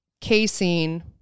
casein